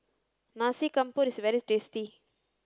Nasi Campur is very tasty